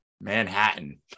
Manhattan